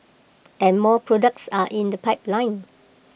and more products are in the pipeline